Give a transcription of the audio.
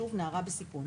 שוב, נערה בסיכון.